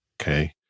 Okay